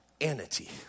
anity